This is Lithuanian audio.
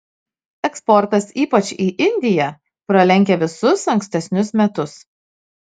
eksportas ypač į indiją pralenkia visus ankstesnius metus